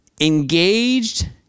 engaged